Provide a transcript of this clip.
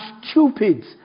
stupid